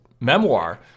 memoir